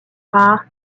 rare